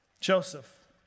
Joseph